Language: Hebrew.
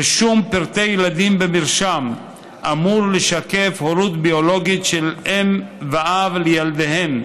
"רישום פרטי ילדים במרשם אמור לשקף הורות ביולוגית של אם ואב לילדיהם"